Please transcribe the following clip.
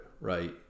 right